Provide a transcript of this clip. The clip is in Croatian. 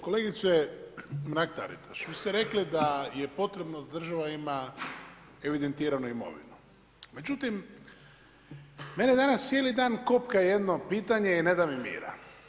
Kolegice Mrak-Taritaš, vi ste rekli da je potrebno da država ima evidentiranu imovinu međutim mene danas cijeli dan kopka jedno pitanje i ne da mi mira.